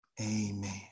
amen